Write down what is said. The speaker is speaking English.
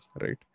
right